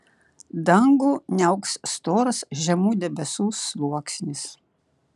dangų niauks storas žemų debesų sluoksnis